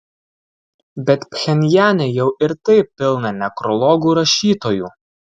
bet pchenjane jau ir taip pilna nekrologų rašytojų